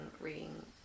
reading